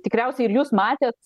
tikriausiai ir jūs matėt